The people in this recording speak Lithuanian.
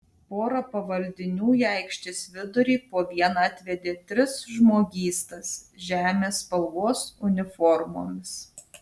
pora pavaldinių į aikštės vidurį po vieną atvedė tris žmogystas žemės spalvos uniformomis